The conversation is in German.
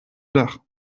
dach